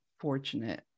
fortunate